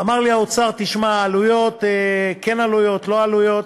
אמר לי האוצר: עלויות, כן עלויות, לא עלויות.